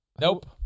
Nope